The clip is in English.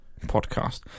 podcast